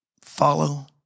follow